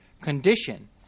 condition